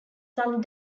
some